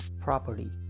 property